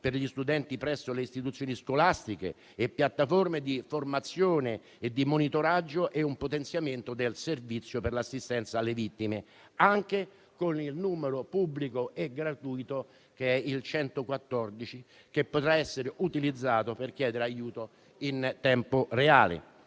per gli studenti presso le istituzioni scolastiche, piattaforme di formazione e di monitoraggio e un potenziamento del servizio per l'assistenza alle vittime, anche con il numero pubblico e gratuito, il 114, che potrà essere utilizzato per chiedere aiuto in tempo reale.